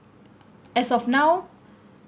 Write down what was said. as of now